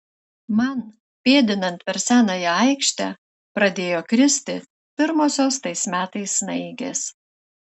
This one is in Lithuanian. man pėdinant per senąją aikštę pradėjo kristi pirmosios tais metais snaigės